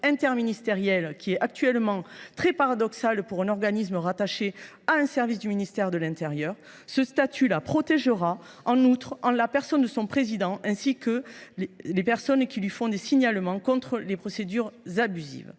interministérielle, qui est actuellement très paradoxale pour un organisme rattaché à un service du ministère de l’intérieur. En outre, ce statut protégera son président, ainsi que les personnes qui lui adressent des signalements contre les procédures abusives.